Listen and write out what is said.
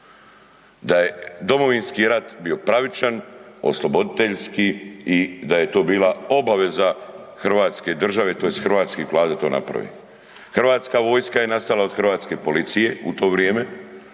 da je Domovinski rat bi pravičan, osloboditeljski i da to je bila obaveza hrvatske države tj. hrvatske Vlade da to naprave. Hrvatska vojska je nastala od hrvatske policije u to vrijeme,